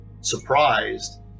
surprised